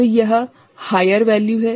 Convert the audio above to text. तो यह हाइयर वैल्यूहै